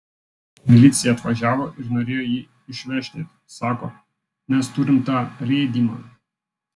milicija atvažiavo ir norėjo jį išvežti sako mes turim tą rėdymą